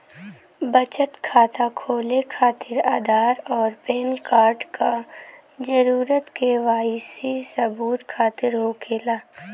बचत खाता खोले खातिर आधार और पैनकार्ड क जरूरत के वाइ सी सबूत खातिर होवेला